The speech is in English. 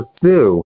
pursue